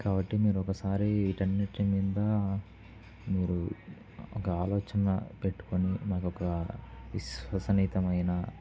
కాబట్టి మీరు ఒకసారి వీటన్నిటి మీద మీరు ఒక ఆలోచన పెట్టుకుని మాకొక విశ్వసనీతమైన